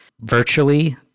virtually